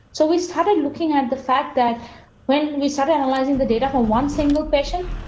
so we started looking at the fact that when we start analyzing the data for one, single patient.